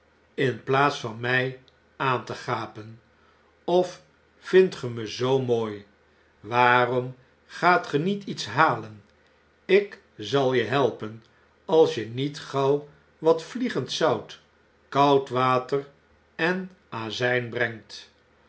in plaats van mfl aan te gapen of vindt ge me zoo mooi waavom gaat ge niet iets halen ik zal je helpen als je nietgauw wat vliegend zout koud water en azjjn brengt